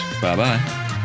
Bye-bye